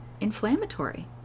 inflammatory